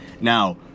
Now